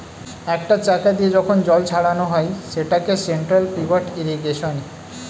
একটা চাকা দিয়ে যখন জল ছড়ানো হয় সেটাকে সেন্ট্রাল পিভট ইর্রিগেশনে